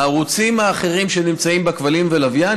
הערוצים האחרים שנמצאים בכבלים ולוויין,